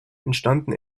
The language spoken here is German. entstanden